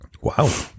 Wow